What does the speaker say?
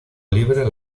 libre